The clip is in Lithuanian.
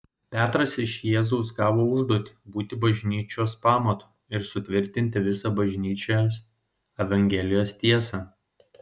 petras iš jėzaus gavo užduotį būti bažnyčios pamatu ir sutvirtinti visą bažnyčią evangelijos tiesa